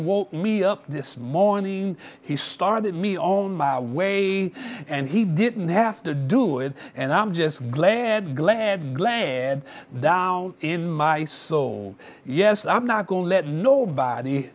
woke me up this morning he started me on my way and he didn't have to do it and i'm just glad glad glad down in my soul yes i'm not going to let nobody